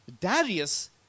Darius